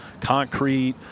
concrete